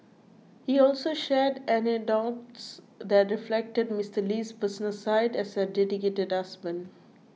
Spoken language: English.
he also shared anecdotes that reflected Mister Lee's personal side as a dedicated husband